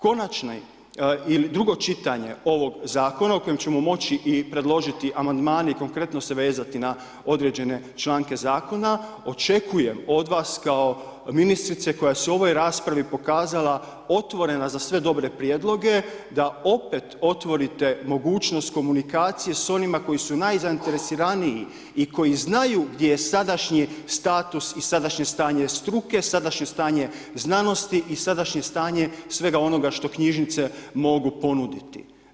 Konačni ili drugo čitanje ovog zakona u kojem ćemo moći i predložiti amandmane i konkretno se vezati na određene članke zakona očekujem od vas kao ministrice koja se u ovoj raspravi pokazala otvorena za sve dobre prijedloge da opet otvorite mogućnost komunikacije s onima koji su najzainteresiraniji i koji znanju gdje je sadašnji status i sadašnje stanje struke, sadašnje stanje znanosti i sadašnje stanje svega onoga što knjižnice mogu ponuditi.